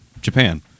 Japan